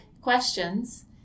questions